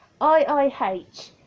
IIH